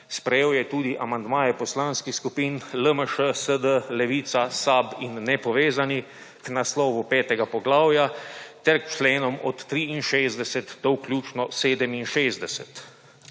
Sprejel je tudi amandmaje poslanskih skupin LMŠ, SD, Levica, SAB in nepovezani k naslovu petega poglavja ter k členom od 63 do vključno 67.